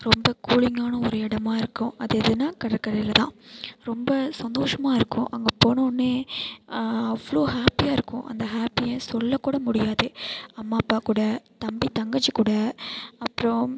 ரொம்ப கூலிங்கான ஒரு இடமா இருக்கும் அது எதுன்னா கடற்கரையில் தான் ரொம்ப சந்தோஷமாக இருக்கும் அங்கே போனோன்னே அவ்வளோ ஹேப்பியாக இருக்கும் அந்த ஹேப்பியை சொல்ல கூட முடியாது அம்மா அப்பா கூட தம்பி தங்கச்சி கூட அப்புறம்